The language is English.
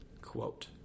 Quote